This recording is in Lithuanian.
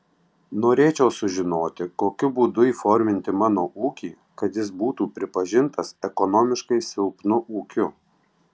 norėčiau sužinoti kokiu būdu įforminti mano ūkį kad jis būtų pripažintas ekonomiškai silpnu ūkiu